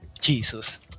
jesus